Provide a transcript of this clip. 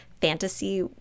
fantasy